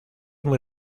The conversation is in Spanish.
muy